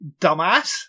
Dumbass